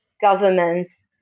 governments